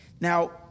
now